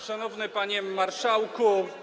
Szanowny Panie Marszałku!